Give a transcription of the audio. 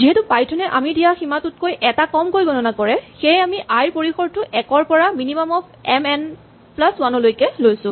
যিহেতু পাইথন এ আমি দিয়া সীমাটোতকৈ এটা কমকৈ গণনা কৰে সেয়ে আমি আই ৰ পৰিসৰটো ১ ৰ পৰা minimum of M N plus one লৈকে লৈছো